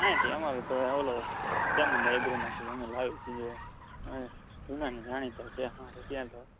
અહીંથી અમારે તો પેલા ચામુંડા એગ્રોમાંથી અમે લાવીએ છીએ અને જૂના અને જાણીતા છે અમારે ત્યાં તો